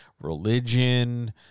religion